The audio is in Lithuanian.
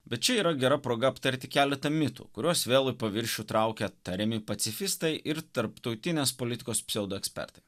bet čia yra gera proga aptarti keletą mitų kuriuos vėl paviršių traukia tariami pacifistai ir tarptautinės politikos pseudo ekspertai